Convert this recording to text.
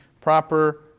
proper